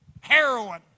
heroin